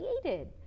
created